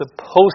supposed